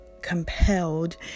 compelled